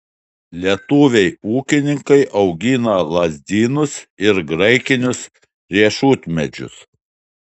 lietuviai ūkininkai augina lazdynus ir graikinius riešutmedžius